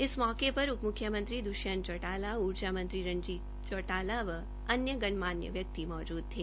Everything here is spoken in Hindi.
इस मौके उप उप म्ख्यमंत्री द्ष्यंत चौटाला ऊर्जा मंत्री रंजीत चौटाला व अन्य गणमान्य मौजूद थे